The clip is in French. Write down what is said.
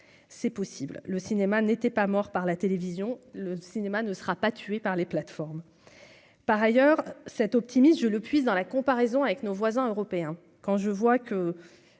c'est possible, le cinéma n'était pas mort par la télévision, le cinéma ne sera pas tué par les plateformes par ailleurs cet optimiste je le puisse, dans la comparaison avec nos voisins européens, quand je vois que